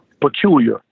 peculiar